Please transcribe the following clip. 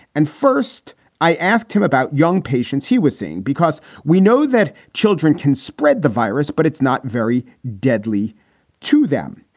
and first i asked him about young patients he was seeing because we know that children can spread the virus, but it's not very deadly to them.